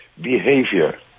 behavior